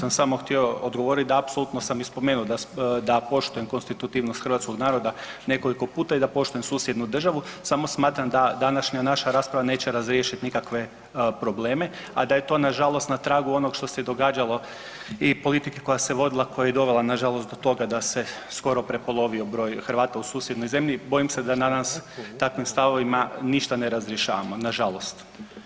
Evo, ako sam samo htio odgovorit da apsolutno sam i spomenuto da poštujem konstitutivnost hrvatskog naroda nekoliko puta i da poštujem susjednu državu, samo smatram da današnja naša rasprava neće razriješiti nikakve probleme, a da je to nažalost na tragu onog što se događalo i politike koja se vodila koja je i dovela nažalost do toga da se skoro prepolovio broj Hrvata u susjednoj zemlji bojim se da danas takvim stavovima ništa ne razrješavamo, nažalost.